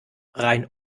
rein